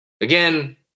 Again